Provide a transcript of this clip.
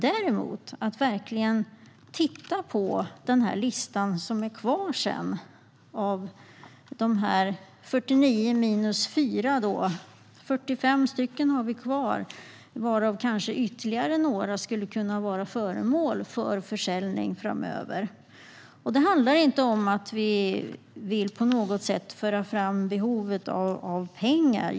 Däremot kan man verkligen titta på den lista som sedan är kvar - det är 49 minus 5. Det är då 44 kvar. Kanske skulle några av dem kunna vara föremål för försäljning framöver. Det handlar inte om att vi på något sätt vill föra fram behovet av pengar.